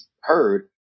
heard